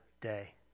day